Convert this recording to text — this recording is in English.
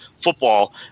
football